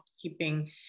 keeping